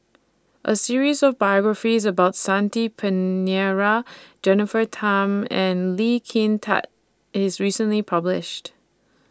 A series of biographies about Shanti Pereira Jennifer Tham and Lee Kin Tat IS recently published